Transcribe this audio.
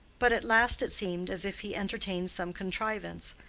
but at last it seemed as if he entertained some contrivance.